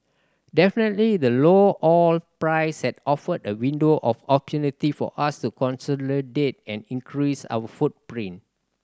definitely the low oil price has offered a window of opportunity for us to consolidate and increase our footprint